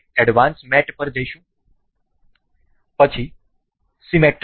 તેથી આપણે એડવાન્સ્ડ પર જઈશું પછી સીમેટ્રિક